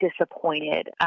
disappointed